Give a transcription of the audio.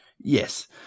Yes